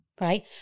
right